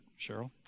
Cheryl